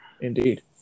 Indeed